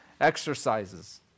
exercises